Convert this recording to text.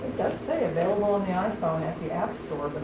say available on the iphone at the app store, but